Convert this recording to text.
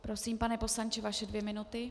Prosím, pane poslanče, vaše dvě minuty.